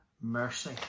mercy